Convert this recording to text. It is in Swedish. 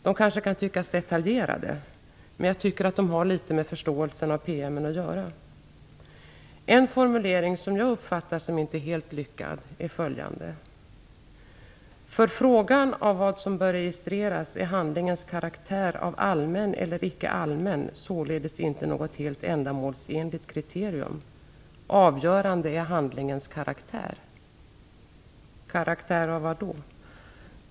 De kanske kan tyckas detaljerade, men jag tycker att de har litet med förståelsen av PM:n att göra. En formulering som jag uppfattar som inte helt lyckad är följande: För frågan av vad som bör registreras är handlingens karaktär av allmän eller icke allmän således inte något helt ändamålsenligt kriterium. Avgörande är handlingens karaktär. Karaktär av vad?